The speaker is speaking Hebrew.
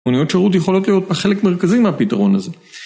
מוניות שירות יכולות להיות חלק מרכזי מהפתרון הזה.